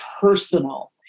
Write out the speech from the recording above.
personal